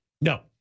no